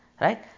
Right